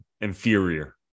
inferior